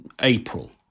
April